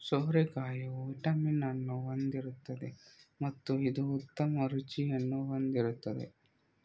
ಸೋರೆಕಾಯಿಯು vitamin ಅನ್ನು ಹೊಂದಿರುತ್ತದೆ ಮತ್ತು ಇದು ಉತ್ತಮ ರುಚಿಯನ್ನು ಹೊಂದಿರುತ್ತದೆ